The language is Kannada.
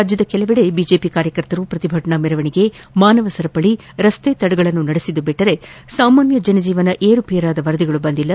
ರಾಜ್ಞದ ಕೆಲವೆಡೆ ಬಿಜೆಪಿ ಕಾರ್ಯಕರ್ತರು ಪ್ರತಿಭಟನಾ ಮೆರವಣಿಗೆ ಮಾನವ ಸರಪಳಿ ರಸ್ತೆ ತಡೆಗಳನ್ನು ನಡೆಸಿದ್ದು ಬಿಟ್ಟರೆ ಸಾಮಾನ್ಯ ಜನಜೀವನ ಏರುಪೇರಾದ ವರದಿಗಳು ಬಂದಿಲ್ಲ